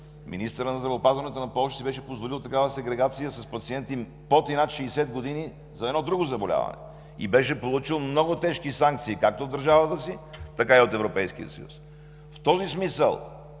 министърът на здравеопазването на Полша си беше позволил такава сегрегация под и над 60 години за едно друго заболяване и беше получил много тежки санкции, както от държавата си, така и от Европейския съюз. В този смисъл,